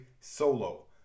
solo